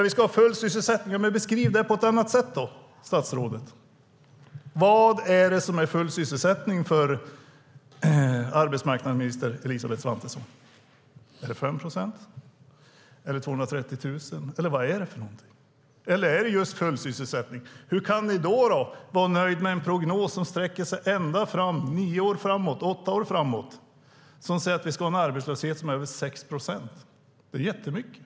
"Vi ska ha full sysselsättning." Men beskriv det på ett annat sätt då, statsrådet! Vad är full sysselsättning för arbetsmarknadsminister Elisabeth Svantesson? Är det 5 procent? Är det 230 000, eller vad är det? Eller är det just full sysselsättning? Hur kan regeringen då vara nöjd med en prognos som sträcker sig nio eller åtta år framåt och som säger att vi ska ha en arbetslöshet som är över 6 procent? Det är jättemycket.